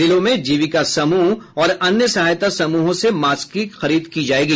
जिलों में जीविका समूह और अन्य सहायता समूहों से मास्क की खरीद की जायेगी